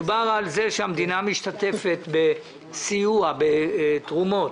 מדובר על כך שהמדינה משתתפת בסיוע בתרומות,